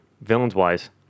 villains-wise